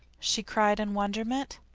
she cried in wonderment.